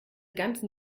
ganzen